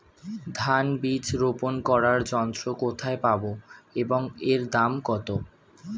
ধান বীজ রোপন করার যন্ত্র কোথায় পাব এবং এর দাম কত?